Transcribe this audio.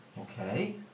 Okay